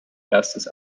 erstes